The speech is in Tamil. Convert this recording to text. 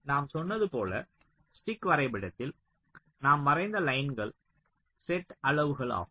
நாம் சொன்னது போல் ஸ்டிக் வரைபடத்தில் நாம் வரைந்த லைன்கள் செட் அளவுகள் ஆகும்